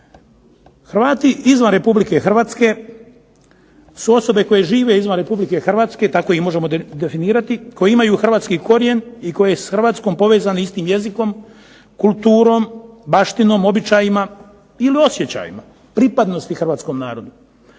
Hrvati izvan Republike Hrvatske su osobe koje žive izvan Republike Hrvatske, tako ih možemo definirati koje imaju hrvatski korijen i koji su s HRvatskom povezani istim jezikom, kulturom, baštinom, običajima ili osjećajima pripadnosti hrvatskom narodu.